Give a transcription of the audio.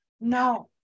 No